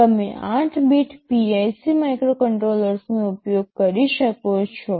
તમે 8 bit PIC માઇક્રોકન્ટ્રોલર્સનો ઉપયોગ કરી શકો છો